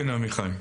כן עמיחי.